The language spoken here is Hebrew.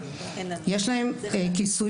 יש להם כיסוי